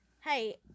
Hey